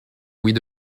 louis